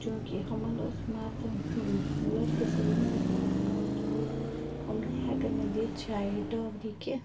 چونکہِ ہُمن اوس مردن لڑکہٕ سٕنٛزۍ مالٮ۪ن ٲسۍ پاے کہِ یِم نہ ہیٚکن نہٕ دِتھ شاید ڈاوری کیٚنٛہہ